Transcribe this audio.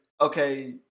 okay